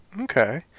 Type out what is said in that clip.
Okay